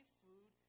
food